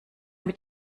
mit